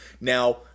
Now